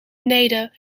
beneden